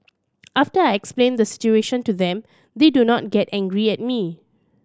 after I explain the situation to them they do not get angry at me